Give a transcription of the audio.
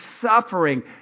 suffering